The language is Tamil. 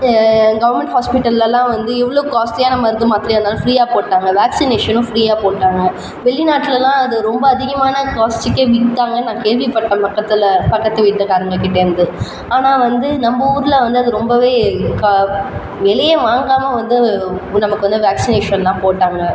கவர்ன்மெண்ட் ஹாஸ்பிட்டலல்லா வந்து எவ்வளோ காஸ்ட்லியான மருந்து மாத்திரையா இருந்தாலும் ஃபிரீயாக போட்டாங்க வேக்ஸினேஷனும் ஃபிரீயாக போட்டாங்க வெளி நாட்டுலல்லா அது ரொம்ப அதிகமான காஸ்ட்டுக்கே விற்றாங்க நான் கேள்வி பட்டேன் பக்கத்தில் பக்கத்து வீட்டுக்காரங்கக்கிட்ட இருந்து ஆனால் வந்து நம்ம ஊரில் அது ரொம்பவே க வெளியே வாங்காமல் வந்து நமக்கு வந்து வேக்ஸினேஷன்லா போட்டாங்க